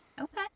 Okay